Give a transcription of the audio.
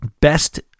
Best